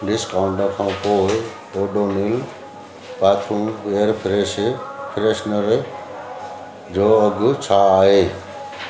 discount खां पोइ Odonil bathroom air fresh freshener जो अघु छा आहे